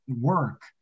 work